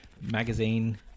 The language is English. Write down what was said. magazine